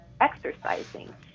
exercising